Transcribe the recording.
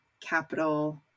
capital